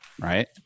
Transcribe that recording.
right